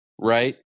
right